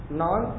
non